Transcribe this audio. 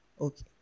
Okay